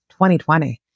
2020